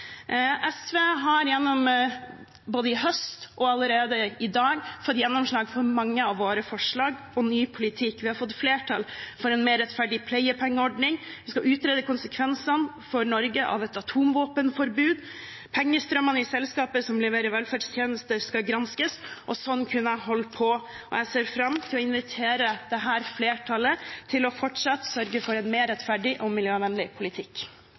SV har både i høst og allerede i dag fått gjennomslag for mange av våre forslag og ny politikk. Vi har fått flertall for en mer rettferdig pleiepengeordning, vi skal utrede konsekvensene for Norge av et atomvåpenforbud, pengestrømmene i selskaper som leverer velferdstjenester, skal granskes, og sånn kunne jeg holdt på. Jeg ser fram til å invitere dette flertallet til fortsatt å sørge for en mer rettferdig og miljøvennlig politikk.